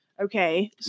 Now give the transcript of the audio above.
okay